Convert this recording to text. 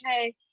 okay